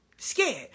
Scared